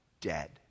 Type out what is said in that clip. dead